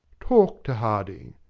talk to harding.